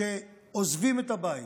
שעוזבים את הבית